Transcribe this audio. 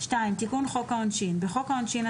תיקון חוק העונשין בחוק העונשין,